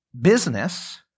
business